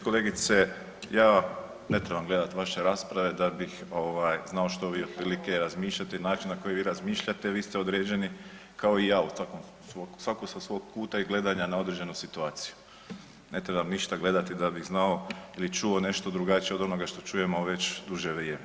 Kolegice, ja ne trebam gledati vaše rasprave da bih znao što vi otprilike razmišljate i način na koji vi razmišljate vi ste određeni kao i ja, svako sa svog kuta i gledanja na određenu situaciju, ne trebam ništa gledati da bih znao ili čuo nešto drugačije od onoga što čujemo već duže vrijeme.